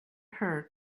her